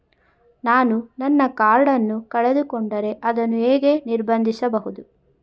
ನಾನು ನನ್ನ ಕಾರ್ಡ್ ಅನ್ನು ಕಳೆದುಕೊಂಡರೆ ಅದನ್ನು ಹೇಗೆ ನಿರ್ಬಂಧಿಸಬಹುದು?